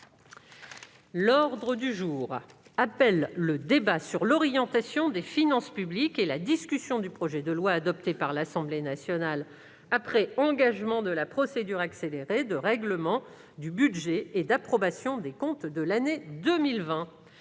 L'ordre du jour appelle le débat sur l'orientation des finances publiques et la discussion du projet de loi, adopté par l'Assemblée nationale après engagement de la procédure accélérée, de règlement du budget et d'approbation des comptes de l'année 2020